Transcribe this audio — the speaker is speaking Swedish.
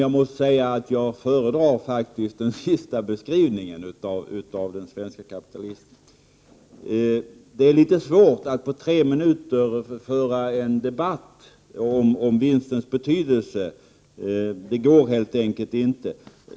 Jag måste dock säga att jag föredrar den senare beskrivningen av den svenske kapitalisten. Det är litet svårt att på tre minuter föra en debatt om vinstens betydelse. Det går helt enkelt inte.